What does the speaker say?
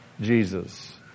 Jesus